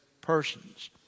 persons